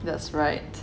that's right